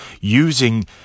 using